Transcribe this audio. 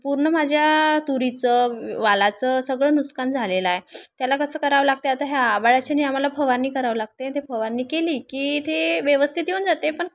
पूर्ण माझ्या तुरीचं वालाचं सगळं नुकसान झालेलं आहे त्याला कसं करावं लागते आहे आता ह्या आभाळाच्याने आम्हाला फवारणी करावं लागते ते फवारणी केली की ते व्यवस्थित येऊन जाते पण